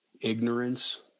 Ignorance